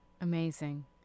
amazing